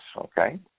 Okay